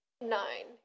nine